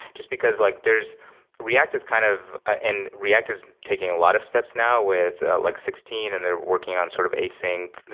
just because like there's react is kind of and react is taking a lot of steps now with like sixteen and they're working on sort of async.